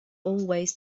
always